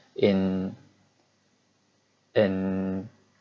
in in